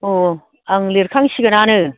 अ आं लिरखांसिगोनानो